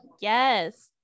Yes